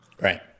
right